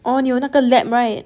orh 你有那个 lab right